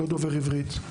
לא דובר עברית.